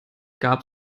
gab